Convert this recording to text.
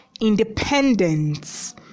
independence